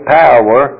power